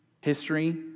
history